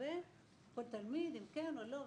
הרבה כל תלמיד אם כן או לא,